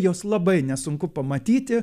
juos labai nesunku pamatyti